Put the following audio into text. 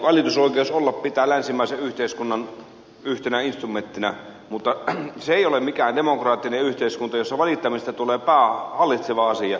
valitusoikeuden pitää olla länsimaisen yhteiskunnan yhtenä instrumenttina mutta se ei ole mikään demokraattinen yhteiskunta jossa valittamisesta tulee hallitseva asia